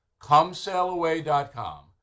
comesailaway.com